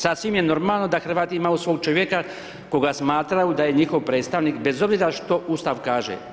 Sasvim je normalno da Hrvati imaju svog čovjeka koga smatraju da je njihov predstavnik bez obzira što Ustav kaže.